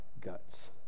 guts